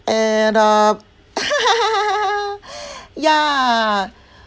and uh ya